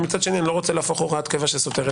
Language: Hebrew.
ומצד שני אני לא רוצה להפוך הוראת קבע שסותרת.